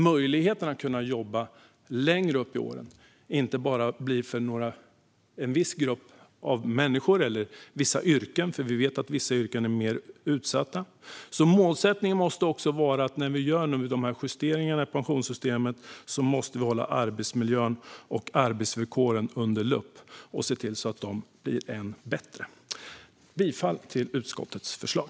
Möjligheten att jobba längre upp i åren ska inte finnas enbart för en viss grupp av människor eller för vissa yrken - eftersom vi vet att vissa yrken är mer utsatta. Målet måste vara att när vi gör justeringarna i pensionssystemet håller vi arbetsmiljön och arbetsvillkoren under lupp och ser till att de blir än bättre. Jag yrkar bifall till utskottets förslag.